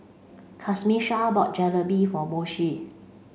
Camisha bought Jalebi for Moshe